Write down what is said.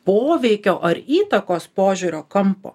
poveikio ar įtakos požiūrio kampo